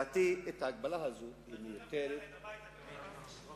כשיבואו להפגין ליד הבית שלך תבין.